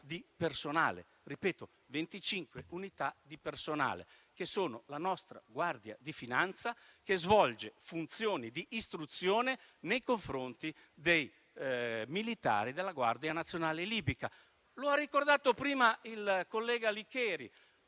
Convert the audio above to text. di personale - ripeto, 25 unità di personale - della nostra Guardia di finanza, che svolge funzioni di istruzione nei confronti dei militari della Guardia nazionale libica. Lo ha ricordato prima il collega Licheri.